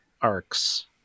arcs